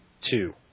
Two